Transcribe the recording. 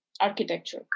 architecture